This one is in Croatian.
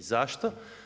Zašto?